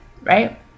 right